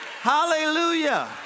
Hallelujah